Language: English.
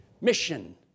mission